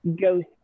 ghost